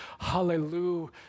Hallelujah